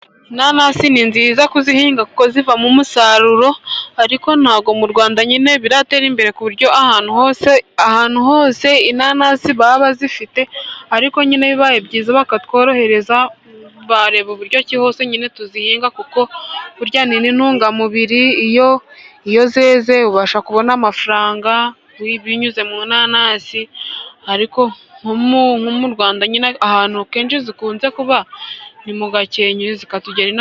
Inanasi ni nziza kuzihinga kuko zivamo umusaruro, ariko ntabwo mu Rwanda nyine biratera imbere ku buryo ahantu hose inanasi baba bazifite. Ariko nyine bibaye byiza bakatworohereza, bareba uburyo ki hose nyine tuzihinga kuko burya ni n'intungamubiri. Iyo zeze ubasha kubona amafaranga binyuze namazi ariko mu Rwanda ahantu kenshi zikunze kuba ni mu Gakenke zikatugeraho...